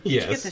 Yes